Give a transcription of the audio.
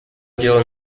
делал